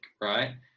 right